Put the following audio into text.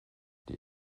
die